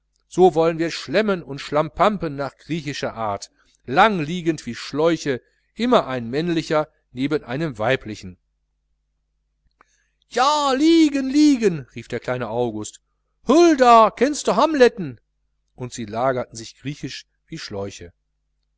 so wollen wir schlemmen und schlampampen nach griechischer art lang liegend wie schläuche immer ein männlicher neben einem weiblichen ja liegen liegen rief der kleine august hulda kennste hamletn und sie lagerten sich griechisch wie schläuche